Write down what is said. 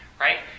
right